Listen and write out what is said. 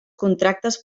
contractes